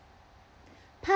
part